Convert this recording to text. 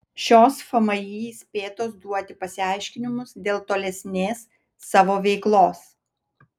šios fmį įspėtos duoti pasiaiškinimus dėl tolesnės savo veiklos